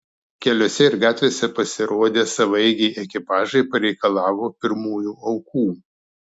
keliuose ir gatvėse pasirodę savaeigiai ekipažai pareikalavo pirmųjų aukų